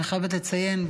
אני חייבת לציין,